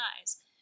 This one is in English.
eyes